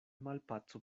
malpaco